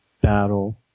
battle